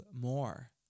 more